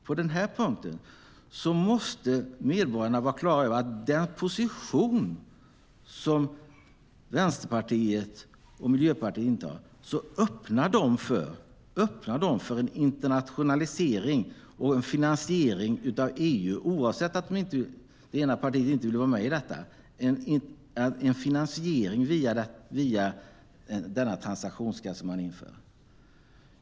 På den här punkten måste medborgarna vara klara över att Vänsterpartiet och Miljöpartiet, med den position som de intar, öppnar för en internationalisering och en finansiering av EU, även om det ena partiet inte vill vara med i detta. Det är en finansiering via denna transaktionsskatt som man inför.